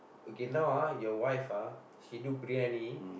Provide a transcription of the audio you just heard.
okay now ah your wife ah she do briyani